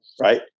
right